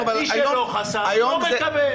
מי שלא חסך לא מקבל.